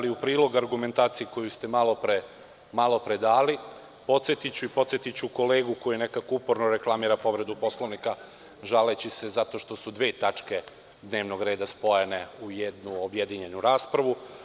U prilog argumentaciji koju ste malopre dali, podsetiću i podsetiću kolegu koji nekako uporno reklamira povredu Poslovnika, žaleći se što su dve tačke dnevnog reda spojene u jednu objedinjenu raspravu.